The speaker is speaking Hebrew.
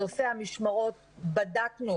את נושא המשמרות בדקנו.